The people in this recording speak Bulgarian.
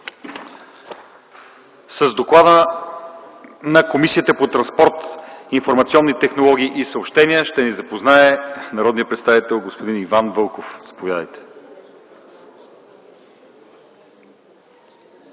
С доклада на Комисията по транспорт, информационни технологии и съобщения ще ни запознае народният представител господин Иван Вълков. Заповядайте.